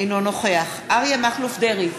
אינו נוכח אריה מכלוף דרעי,